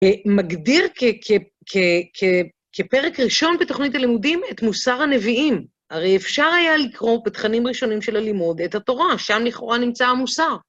מגדיר כפרק ראשון בתוכנית הלימודים את מוסר הנביאים. הרי אפשר היה לקרוא בתכנים הראשונים של הלימוד את התורה, שם לכאורה נמצא המוסר.